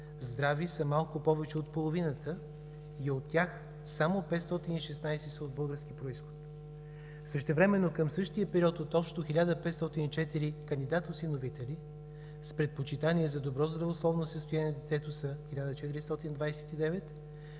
здрави са малко повече от половината и от тях само 516 са от български произход. Същевременно към същия период от общо 1504 кандидат осиновители с предпочитания за добро здравословно състояние на детето са 1429,